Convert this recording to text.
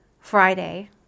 Friday